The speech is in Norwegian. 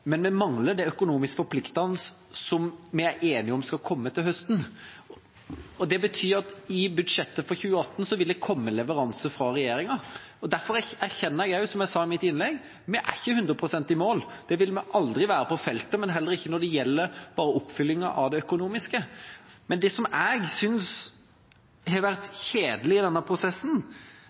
Men vi mangler det økonomisk forpliktende, som vi er enige om skal komme til høsten. Det betyr at i budsjettet for 2018 vil det komme leveranser fra regjeringa. Derfor erkjenner jeg, som jeg også sa i mitt innlegg: Vi er ikke 100 pst. i mål. Det vil vi aldri være på feltet, men heller ikke når det gjelder bare å oppfylle det økonomiske. Men til det som jeg synes har vært kjedelig i denne prosessen: